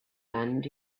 land